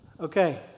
Okay